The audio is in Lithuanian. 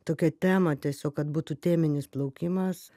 tokią temą tiesiog kad būtų teminis plaukimas